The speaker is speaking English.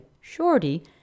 shorty